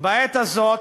בעת הזאת